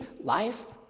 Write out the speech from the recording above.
life